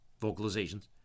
vocalizations